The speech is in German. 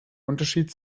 unterschied